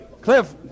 Cliff